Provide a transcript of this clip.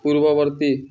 ପୂର୍ବବର୍ତ୍ତୀ